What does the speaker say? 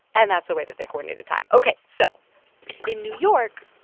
and that's the way that they coordinated time ok, so in new york,